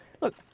look